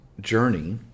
journey